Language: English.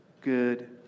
good